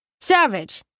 Savage